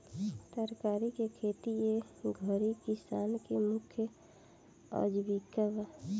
तरकारी के खेती ए घरी किसानन के मुख्य आजीविका बा